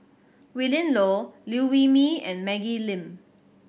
Willin Low Liew Wee Mee and Maggie Lim